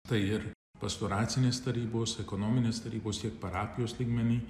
tai ir pastoracinės tarybos ekonominės tarybos ir parapijos lygmeny